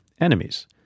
Enemies